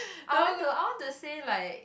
I want to I want to say like